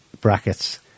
brackets